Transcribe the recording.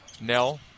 Nell